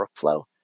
workflow